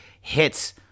hits